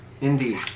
Indeed